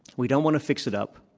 we don't want to fix it up.